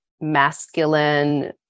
masculine